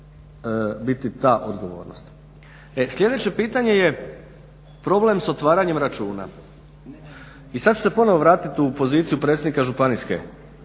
biti ta odgovornost. E sljedeće pitanje je problem s otvaranjem računa. I sad ću se ponovno vratiti u poziciju predsjednika županijske